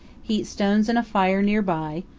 heat stones in a fire near by,